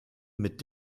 mit